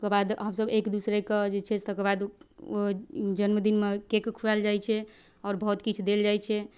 ओकर बाद हमसब एक दूसरेके जे छै से तकर बाद ओ जन्मदिनमे केक खुआयल जाइ छै आओर बहुत किछु देल जाइ छै